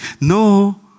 No